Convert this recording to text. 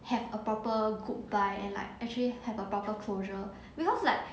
have a proper goodbye and like actually have a proper closure because like